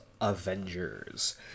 Avengers